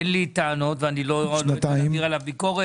אין לי טענות ואני לא נוהג להעביר עליו ביקורת.